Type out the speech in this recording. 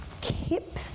Kip